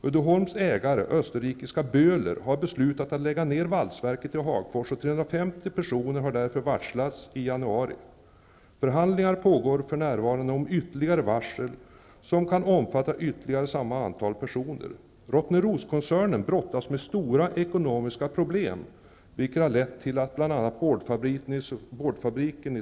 Uddeholms ägare, österrikiska Böhler, har beslutat att lägga ner valsverket i Hagfors, och 350 personer har därför varslats i januari. Förhandlingar pågår för närvarande om ytterligare varsel som kan omfatta ytterligare samma antal personer. Rottneroskoncernen brottas med stora ekonomiska problem, vilket har lett till att bl.a.